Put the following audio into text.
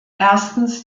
erstens